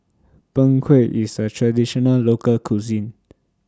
Png Kueh IS A Traditional Local Cuisine